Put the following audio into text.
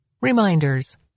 Reminders